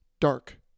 dark